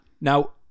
Now